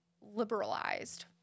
liberalized